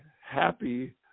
happy